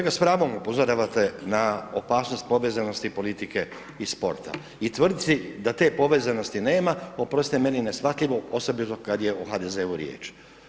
Dakle, s pravom upozoravate s na opasnost povezanosti politike i sporta i tvrtci da te povezanosti nema oprostite meni je neshvatljivo osobito kad je o HDZ-u riječ.